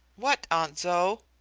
what, aunt zoe?